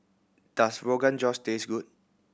does Rogan Josh taste good